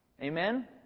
Amen